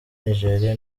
nigeria